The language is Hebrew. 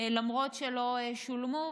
למרות שהן לא שולמו,